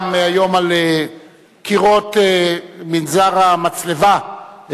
גם על קירות מנזר המצלבה,